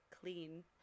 clean